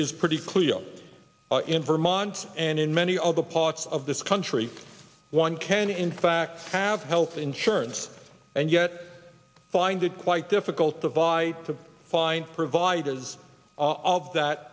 is pretty clear in vermont and in many other parts of this country one can in fact have health insurance and yet find it quite difficult to vie to find providers of that